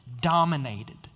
dominated